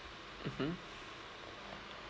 mmhmm